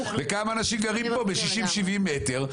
כמה אנשים גרים פה ב-60-70 מטר.